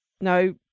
no